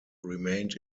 remained